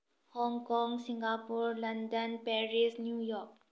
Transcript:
Hong Kong Singapore London Paris New York